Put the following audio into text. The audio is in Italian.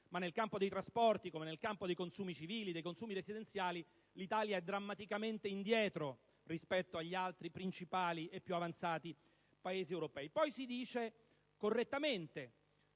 ma nel campo dei trasporti, come nel campo dei consumi civili e residenziali, l'Italia è drammaticamente indietro rispetto agli altri principali e più avanzati Paesi europei. Si dice poi correttamente